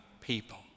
people